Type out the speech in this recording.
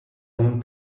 own